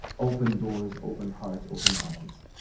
open doors, open hearts, open eyes.